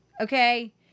Okay